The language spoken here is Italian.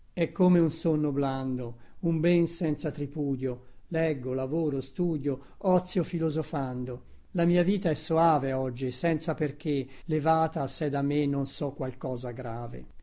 è come un sonno blando un ben senza tripudio leggo lavoro studio ozio filosofando la mia vita è soave oggi senza perchè levata sè da me non so qual cosa grave